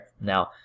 Now